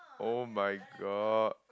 [oh]-my-god